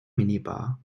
minibar